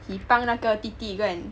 he 帮那个弟弟 go and